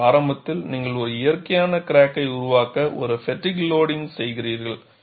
ஆனால் ஆரம்பத்தில் நீங்கள் ஒரு இயற்கையான கிராக்கை உருவாக்க ஒரு ஃப்பெட்டிக் லோடிங்க் செய்கிறீர்கள்